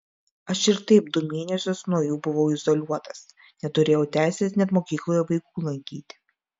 aš ir taip du mėnesius nuo jų buvau izoliuotas neturėjau teisės net mokykloje vaikų lankyti